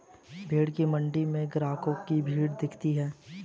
भेंड़ की मण्डी में ग्राहकों की भीड़ दिखती है